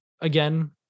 again